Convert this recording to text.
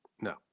no